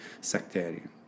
sectarian